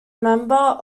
member